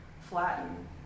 flatten